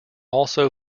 also